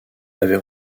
avait